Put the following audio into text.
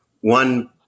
one